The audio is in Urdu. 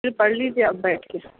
پھر پڑھ لیجیے اب بیٹھ کے